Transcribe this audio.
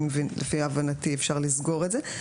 לפי הבנתי אפשר לסגור את זה.